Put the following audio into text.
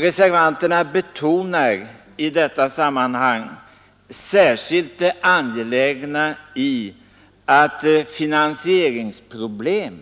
Reservanterna betonar i detta sammanhang särskilt det angelägna i att finansieringsproblem